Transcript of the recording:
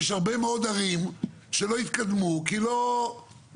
יש הרבה מאוד ערים שלא התקדמו כי אמרו,